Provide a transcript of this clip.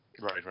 Right